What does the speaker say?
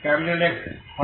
XL0